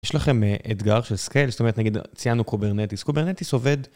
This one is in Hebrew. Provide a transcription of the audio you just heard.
יש לכם אתגר של סקייל, זאת אומרת נגיד ציינו קוברנטיס, קוברנטיס עובד...